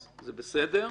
וזה בסדר.